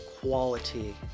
quality